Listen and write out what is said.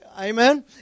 Amen